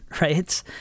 right